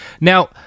Now